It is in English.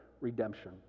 redemption